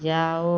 जाओ